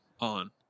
on